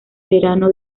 verano